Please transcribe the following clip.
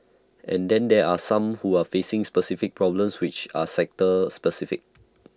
and then there are some who are facing specific problems which are sector specific